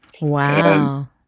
Wow